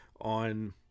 on